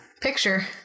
Picture